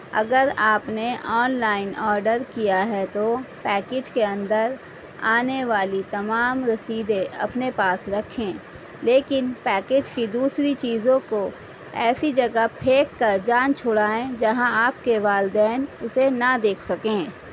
اگر آپ نے آنلائن آڈر کیا ہے تو پیکیج کے اندر آنے والی تمام رسیدیں اپنے پاس رکھیں لیکن پیکیج کی دوسری چیزوں کو ایسی جگہ پھینک کر جان چھڑائیں جہاں آپ کے والدین اسے نہ دیکھ سکیں